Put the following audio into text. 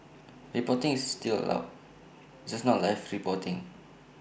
reporting is still allowed just not live reporting